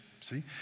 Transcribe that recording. see